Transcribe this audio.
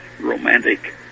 romantic